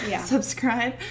Subscribe